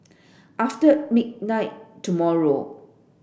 after midnight tomorrow